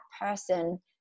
person